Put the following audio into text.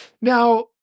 Now